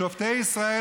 "שופטי ישראל",